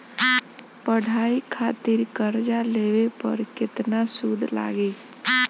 पढ़ाई खातिर कर्जा लेवे पर केतना सूद लागी?